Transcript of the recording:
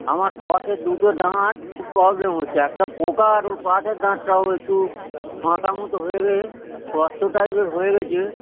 আমার কসের দুটো দাঁত খুব প্রব্লেম হচ্ছে একটা পোকা আর ও পাশের দাতটাও একটু ফাঁকা মতো হয়ে গিয়ে গর্ত টাইপের হয়ে গেছে